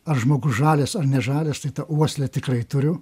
ar žmogus žalias ar nežalias tai tą uoslę tikrai turiu